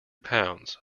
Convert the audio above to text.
pounds